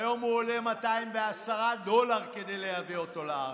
היום צריך 210 דולר כדי לייבא אותו לארץ.